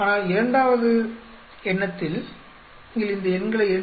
ஆனால் இரண்டாவது எண்ணத்தில் நீங்கள் இந்த எண்களை 2